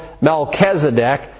Melchizedek